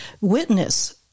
witness